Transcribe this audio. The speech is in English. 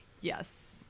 Yes